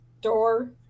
door